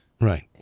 right